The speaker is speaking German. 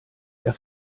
der